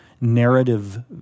narrative